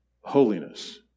holiness